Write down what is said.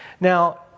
Now